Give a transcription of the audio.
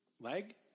leg